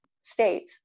state